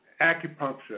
acupuncture